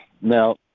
Now